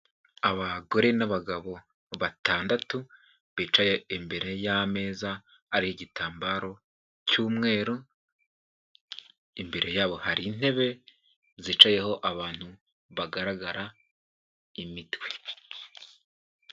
Abagore n'abagabo batandatu, bicaye imbere y'ameza ariho igitambaro cy'umweru, imbere yabo hari intebe, zicayeho abantu bagaragara imitwe.